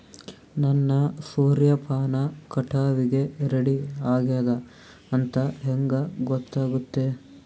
ನನ್ನ ಸೂರ್ಯಪಾನ ಕಟಾವಿಗೆ ರೆಡಿ ಆಗೇದ ಅಂತ ಹೆಂಗ ಗೊತ್ತಾಗುತ್ತೆ?